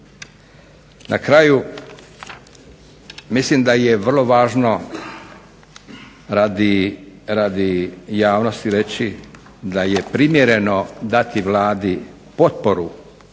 Na kraju mislim da je vrlo važno radi javnosti reći da je primjereno dati Vladi potporu